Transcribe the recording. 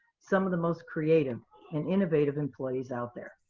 some of the most creative and innovative employees out there.